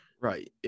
right